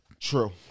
True